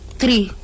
three